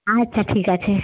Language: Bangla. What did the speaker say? আচ্ছা ঠিক আছে